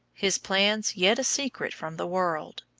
his plans yet a secret from the world.